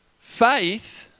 Faith